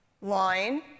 line